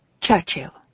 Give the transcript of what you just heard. Churchill